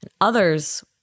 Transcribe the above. Others